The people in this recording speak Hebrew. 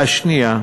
השנייה,